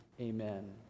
amen